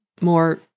More